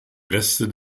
reste